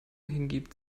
hingibt